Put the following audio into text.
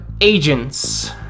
agents